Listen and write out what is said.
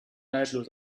neidlos